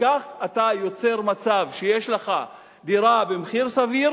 וכך אתה יוצר מצב שיש לך דירה במחיר סביר,